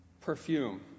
perfume